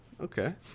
Okay